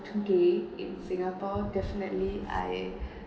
today in singapore definitely I